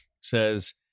says